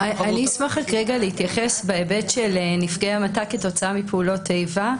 אני אשמח רק רגע להתייחס בהיבט של נפגעי המתה כתוצאה מפעולות איבה.